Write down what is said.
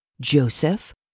Joseph